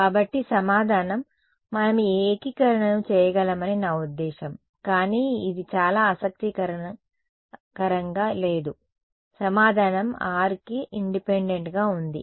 కాబట్టి సమాధానం మనం ఈ ఏకీకరణను చేయగలమని నా ఉద్దేశ్యం కానీ ఇది చాలా ఆసక్తికరంగా లేదు సమాధానం r కి ఇండిపెండెంట్ గా ఉంది